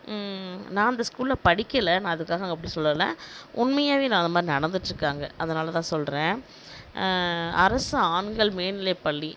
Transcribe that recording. நான் அந்த ஸ்கூலில் படிக்கலை நான் அதுக்காக அங்கே அப்படி சொல்லலை உண்மையாகவே அதை மாதிரி நடந்துட்டிருக்காங்க அதனாலதான் சொல்கிறேன் அரசு ஆண்கள் மேல்நிலை பள்ளி